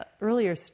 earlier